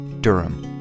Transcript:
Durham